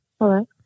Hello